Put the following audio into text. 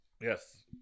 yes